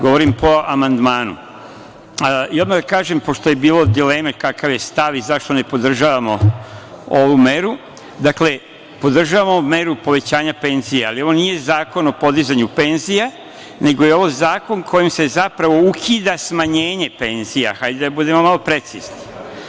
Govorim po amandmanu Odmah da kažem, pošto je bilo dileme kakav je stav i zašto ne podržavamo ovu meru, podržavamo ovu meru povećanja penzija, ali ovo nije zakon o podizanju penzija, nego je ovo zakon kojim se zapravo ukida smanjenje penzija, da budemo malo precizni.